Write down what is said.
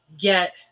get